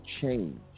change